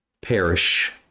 perish